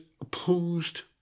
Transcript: opposed